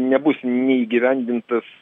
nebus neįgyvendintas